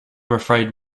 afraid